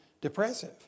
depressive